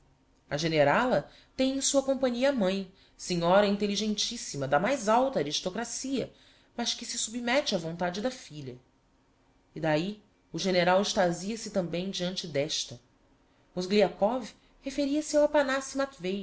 a generala tem em sua companhia a mãe senhora intelligentissima da mais alta aristocracia mas que se submete á vontade da filha e d'ahi o general extasia se tambem deante d'esta mozgliakov referia-se